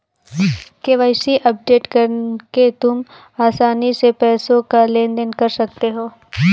KYC update करके तुम आसानी से पैसों का लेन देन कर सकते हो